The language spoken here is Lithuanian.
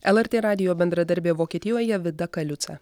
lrt radijo bendradarbė vokietijoje vida kaliuca